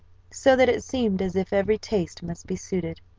so that it seemed as if every taste must be suited.